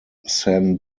san